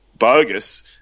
Bogus